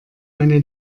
meine